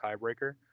tiebreaker